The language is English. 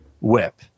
whip